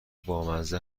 بامزه